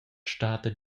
stada